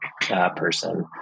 person